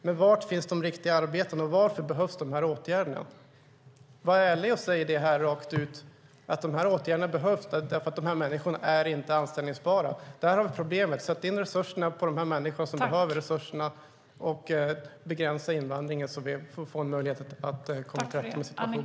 Men var finns de riktiga arbetena, och varför behövs de här åtgärderna? Var ärliga och säg rakt ut att de här åtgärderna behövs för att de här människorna inte är anställbara. Där har vi problemet. Sätt in resurserna på dem som behöver dem, och begränsa invandringen, så att vi får en möjlighet att komma till rätta med situationen.